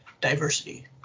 diversity